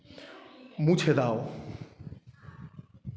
মুছে দাও